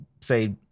say